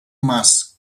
mas